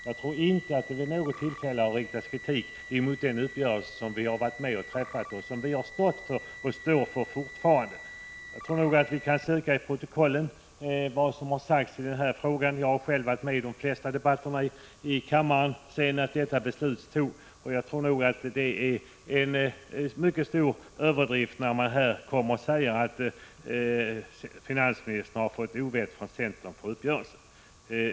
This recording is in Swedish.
Jag tror inte att det vid något tillfälle har riktats någon kritik mot den uppgörelse som vi var med om att träffa och som vi har stått för och fortfarande står för. Det går att läsa i protokollen och få bekräftat vad som har sagts i den här frågan. Jag har själv varit medi de flesta debatterna i kammaren sedan beslutet fattades, och det är en mycket stor överdrift att säga att finansministern har fått ovett från centern för uppgörelsen.